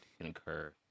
concur